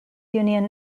union